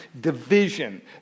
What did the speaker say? division